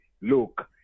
look